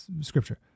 scripture